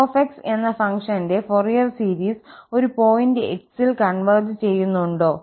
f എന്ന ഫംഗ്ഷന്റെ Fourier series ഒരു പോയിന്റ് x ൽ കൺവെർജ് ചെയ്യുന്നുണ്ടോ